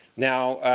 now